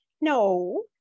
No